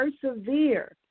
persevere